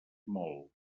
molt